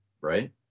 right